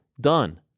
Done